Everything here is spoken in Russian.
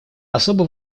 особо